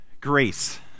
Grace